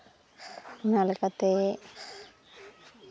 ᱚᱱᱟ ᱞᱮᱠᱟᱛᱮ